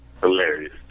hilarious